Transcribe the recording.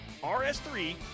RS3